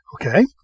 Okay